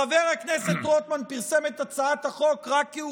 חבר הכנסת רוטמן פרסם את הצעת החוק רק כי הוא